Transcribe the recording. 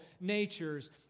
natures